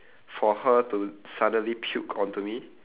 for her to suddenly puke onto me